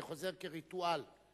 זה חוזר כריטואל,